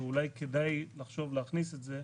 ואולי כדאי לחשוב להכניס את זה,